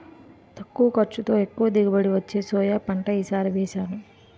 తక్కువ ఖర్చుతో, ఎక్కువ దిగుబడి వచ్చే సోయా పంట ఈ సారి వేసాను